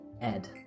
Ed